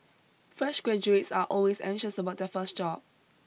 fresh graduates are always anxious about their first job